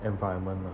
environment lah